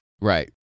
Right